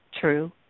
True